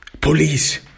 police